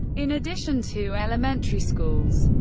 in addition to elementary schools,